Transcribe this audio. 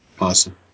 Awesome